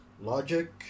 logic